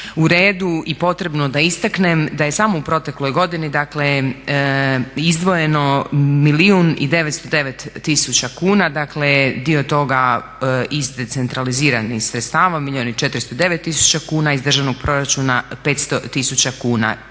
u redu i potrebno da istaknem da je u samo u protekloj godini izdvojeno milijun i 909 tisuća kuna, dakle dio toga iz decentraliziranih sredstava, milijun i 409 tisuća kuna, iz državnog proračuna 500 000 kuna.